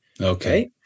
Okay